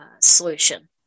solution